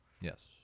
Yes